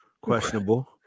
Questionable